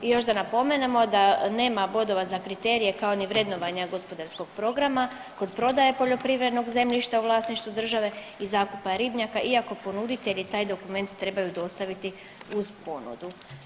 I još da napomenemo da nema bodova za kriterije kao ni vrednovanja gospodarskog programa kod prodaje poljoprivrednog zemljišta u vlasništvu države i zakupa ribnjaka iako ponuditelji taj dokument trebaju dostaviti uz ponudu.